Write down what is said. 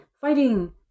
fighting